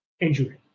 injury